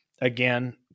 again